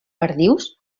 perdius